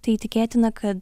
tai tikėtina kad